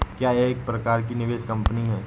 क्या यह एक प्रकार की निवेश कंपनी है?